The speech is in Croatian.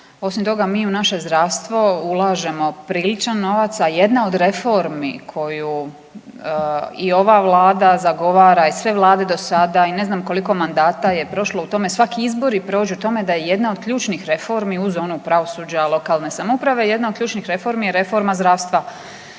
Osim toga mi u naše zdravstvo ulažemo priličan novac, a jedna od reformi koju i ova vlada zagovara i sve vlade do sada i ne znam koliko mandata je prošlo u tome, svaki izbori prođu u tome da je jedna od ključnih reformi uz onu pravosuđa, lokalne samouprave, jedna od ključnih reformi je reforma zdravstva,